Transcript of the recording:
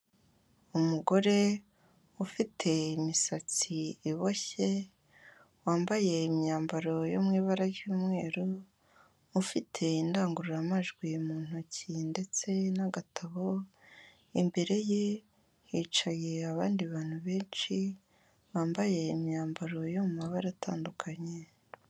Umugore ufite imisatsi iboshye, wambaye imyambaro yo mu ibara ry'umweru, ufite indangururamajwi mu ntoki ndetse n'agatabo, imbere ye hicaye abandi bantu benshi, bambaye imyambaro yo mu mabara atandukanye.